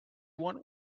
want